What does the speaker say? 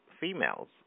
females